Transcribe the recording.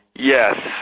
Yes